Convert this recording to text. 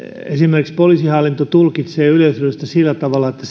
esimerkiksi poliisihallinto tulkitsee yleishyödyllisyyttä sillä tavalla että